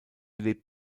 lebt